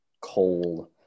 cold